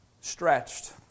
stretched